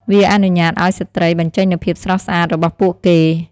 វាអនុញ្ញាតឱ្យស្ត្រីបញ្ចេញនូវភាពស្រស់ស្អាតរបស់ពួកគេ។